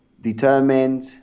determined